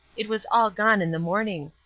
it was all gone in the morning.